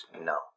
No